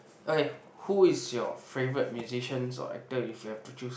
okay who is your favourite musicians or actor if you have to choose